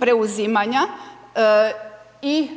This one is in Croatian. preuzimanja i